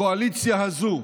הקואליציה הזאת,